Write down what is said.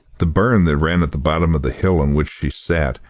the burn that ran at the bottom of the hill on which she sat,